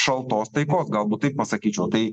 šaltos taikos galbūt tai pasakyčiau tai